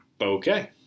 Okay